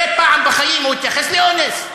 אי-פעם בחיים הוא התייחס לאונס?